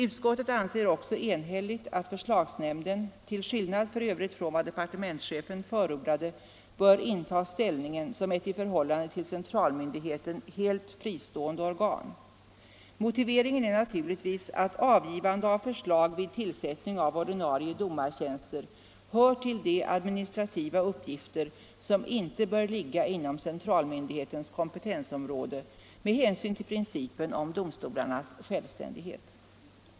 Utskottet anser också enhälligt att förslagsnämnden — till skillnad från vad departementschefen förordade — bör inta ställningen som ett i förhållande till centralmyndigheten helt fristående organ. Motiveringen är naturligtvis att avgivande av förslag vid tillsättning av ordinarie domartjänster hör till de administrativa uppgifter som inte bör ligga inom centralmyndighetens kompetensområde med hänsyn till principen om domstolarnas självständighet.